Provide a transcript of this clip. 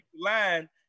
line